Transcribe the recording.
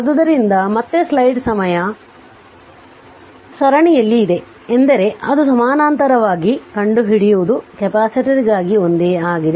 ಆದ್ದರಿಂದ ಮತ್ತೆ ಸ್ಲೈಡ್ ಸಮಯ ಸರಣಿಯಲ್ಲಿ ಇದೆ ಎಂದರೆ ಅದು ಸಮಾನಾಂತರವಾಗಿ ಕಂಡುಹಿಡಿಯುವುದು ಕೆಪಾಸಿಟರ್ಗಾಗಿ ಒಂದೇ ಆಗಿದೆ